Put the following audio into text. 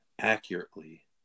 accurately